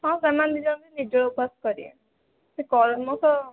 ହଁ ସେମାନେ ଦି ଜଣ ବି ନିର୍ଜ୍ଜଳା ଉପବାସ କରିବେ ତୁ କରିନୁ ତ